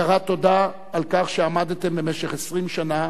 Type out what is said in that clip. הכרת תודה על כך שעמדתם במשך 20 שנה,